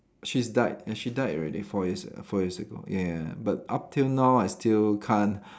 she's died and she died already four years four years ago ya ya but up till now I still can't